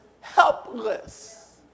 helpless